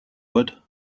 would